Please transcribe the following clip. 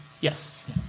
Yes